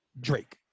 Drake